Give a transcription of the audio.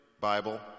Bible